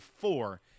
four